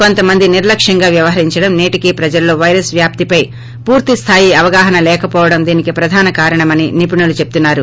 కొంతమంది నిర్లక్ష్యంగా వ్యవరించడం నేటికి ప్రజల్లో పైరస్ వ్యాప్తిపై పూర్తి స్లాయి అవగాహన లేకవోవడం దీనికి ప్రధాన కారణమని నిపుణులు చెప్పున్నారు